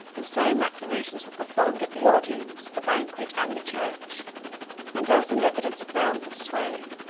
the same acclamations were performed at the audience, the banquet, and the church and as an evidence of boundless sway,